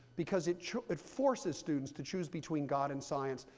because it yeah it forces students to choose between god and science,